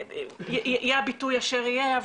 יהיה הביטוי אשר יהיה,